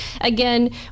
again